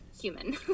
human